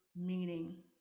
meaning